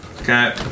Okay